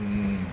mm